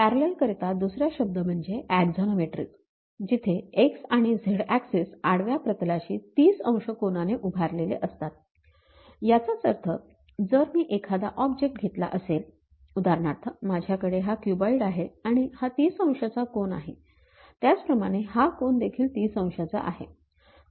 parallel करीत दुसरा शब्द म्हणजे अक्झॉनॉमेट्रीक जिथे x आणि z हे ऍक्सिस आडव्या प्रतलाशी ३० अंश कोनाने उभारलेले असतात याचाच अर्थ जर मी एखादा ऑब्जेक्ट घेतला असेल उदाहरणार्थ माझ्याकडे हा क्युबाईड आहे आणि हा ३० अंशाचा कोन आहे त्याचप्रमाने हा कोन देखील ३० अंशाचा आहे